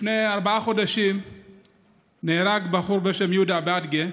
לפני ארבעה חודשים נהרג בחור בשם יהודה ביאדגה